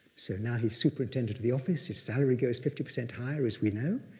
so now he's superintendent of the office, his salary goes fifty percent higher as we know,